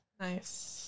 Nice